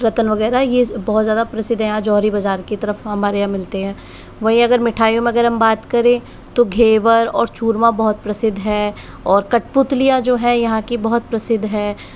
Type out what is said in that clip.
रत्न वगैरह यह बहुत ज़्यादा प्रसिद्ध हैं यहाँ जौहरी बाज़ार की तरफ हमारे यहाँ मिलते हैं वहीं अगर मिठाइयों में अगर हम बात करें तो घेवर और चूरमा बहुत प्रसिद्ध है और कठपुतलियाँ जो है यहाँ की बहुत प्रसिद्ध है